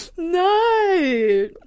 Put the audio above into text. No